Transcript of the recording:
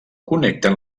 connecten